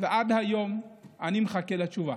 ועד היום אני מחכה לתשובה.